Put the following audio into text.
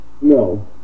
No